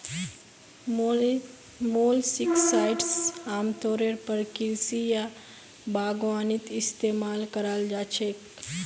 molluscicides आमतौरेर पर कृषि या बागवानीत इस्तमाल कराल जा छेक